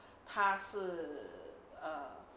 他是 err